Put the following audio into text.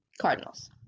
Cardinals